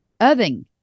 Irving